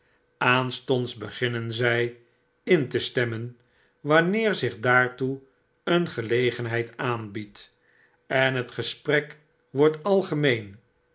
aanstonds beginnen zy in te stemmen wanneer zich daartoe een gelegenheid aanbiedt en het gesprek wordt algemeen